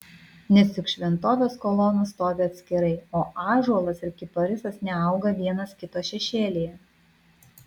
nes juk šventovės kolonos stovi atskirai o ąžuolas ir kiparisas neauga vienas kito šešėlyje